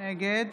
נגד